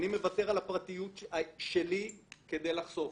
אני מוותר על הפרטיות שלי כדי לחשוף.